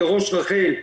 כראש רח"ל,